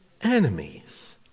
enemies